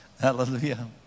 Hallelujah